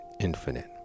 infinite